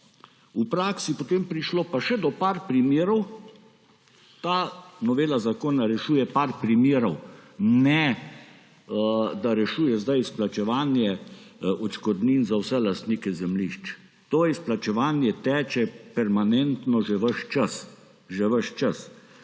v praksi potem prišlo pa še do nekaj primerov. Ta novela zakona rešuje nekaj primerov, ne da rešuje sedaj izplačevanje odškodnin za vse lastnike zemljišč. To izplačevanje teče permanentno že ves čas.